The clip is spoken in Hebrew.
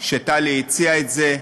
שטלי הציעה את זה,